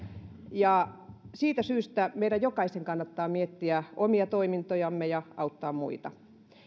ja siitä syystä meidän jokaisen kannattaa miettiä omia toimintojamme ja auttaa muita